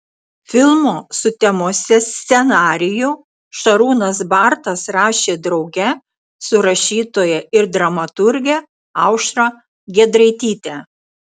filmo sutemose scenarijų šarūnas bartas rašė drauge su rašytoja ir dramaturge aušra giedraityte